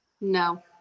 No